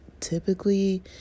Typically